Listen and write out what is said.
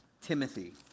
Timothy